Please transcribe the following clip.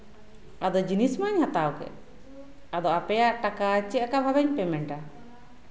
ᱟᱫᱚ ᱡᱤᱱᱤᱥ ᱢᱟᱧ ᱦᱟᱛᱟᱣ ᱠᱮᱜ ᱟᱫᱚ ᱟᱯᱮᱭᱟᱜ ᱴᱟᱠᱟ ᱪᱮᱫ ᱞᱮᱠᱟ ᱵᱷᱟᱵᱮᱧ ᱯᱮᱢᱮᱱᱴᱟ